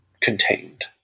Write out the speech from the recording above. contained